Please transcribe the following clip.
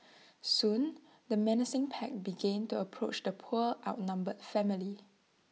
soon the menacing pack began to approach the poor outnumbered family